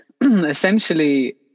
essentially